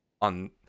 on